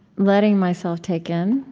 letting myself take in,